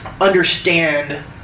understand